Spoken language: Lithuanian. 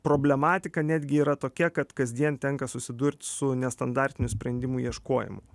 problematika netgi yra tokia kad kasdien tenka susidurti su nestandartinių sprendimų ieškojimu